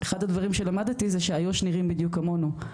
אחד הדברים שלמדתי זה שאיו"ש נראים בדיוק כמונו,